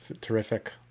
terrific